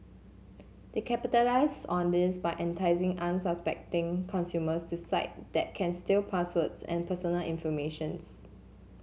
they capitalise on this by enticing unsuspecting consumers to site that can steal passwords and personal informations